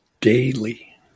daily